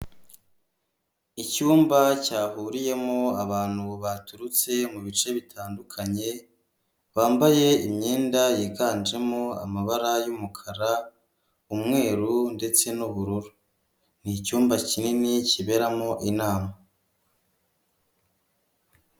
Icyumba cyahuriyemo abantu baturutse mubi bice bitandukanye, bambaye imyenda yiganjemo amabara y'umukara umweru ndetse n'ubururu, ni icyumba kinini kiberamo inama.